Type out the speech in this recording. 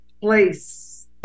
place